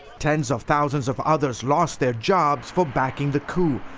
tens of thousands of others lost their jobs for backing the coup.